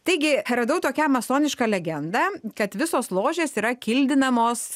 taigi radau tokią masonišką legendą kad visos ložės yra kildinamos